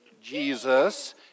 Jesus